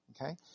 Okay